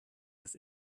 das